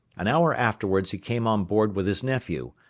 an hour afterwards he came on board with his nephew,